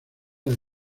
del